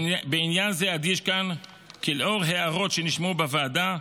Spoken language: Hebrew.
בעניין זה אדגיש כאן כי לאור הערות שנשמעו בוועדה,